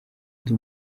ndi